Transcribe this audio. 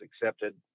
accepted